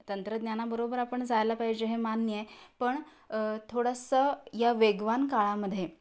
तंत्रज्ञानाबरोबर आपण जायला पाहिजे हे मान्य आहे पण थोडंसं या वेगवान काळामध्ये